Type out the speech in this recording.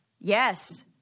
Yes